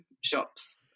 shops